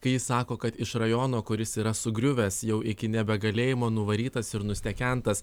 kai jis sako kad iš rajono kuris yra sugriuvęs jau iki nebegalėjimo nuvarytas ir nustekentas